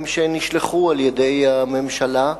הם, שנשלחו על-ידי הממשלה,